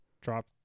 drop